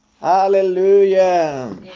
Hallelujah